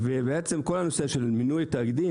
הרשימה הערבית המאוחדת): ובעצם כל הנושא של מינוי תאגידים,